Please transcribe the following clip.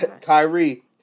Kyrie